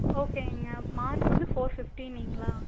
ஓகேங்க மார்க் வந்து ஃபோர் ஃபிஃப்ட்டினிங்களா